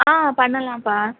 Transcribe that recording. ஆ பண்ணலாம்ப்பா